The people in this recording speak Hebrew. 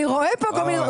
אני רואה פה ---.